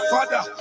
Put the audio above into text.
Father